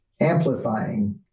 amplifying